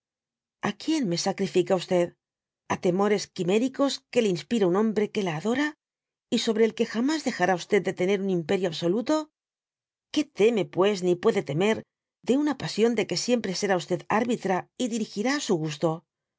a quien me sacrifica a temores quiméricos que le inspira un hombre que la adora y sobre el que jamas dejará de tener un imperio absoluto que teme pues ni puede temer de una pasión de que siempre será árbitra y dirigirá á su gusto